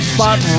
Spot